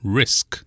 risk